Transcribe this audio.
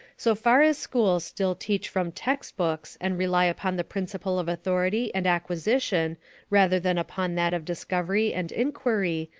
so far as schools still teach from textbooks and rely upon the principle of authority and acquisition rather than upon that of discovery and inquiry,